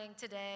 today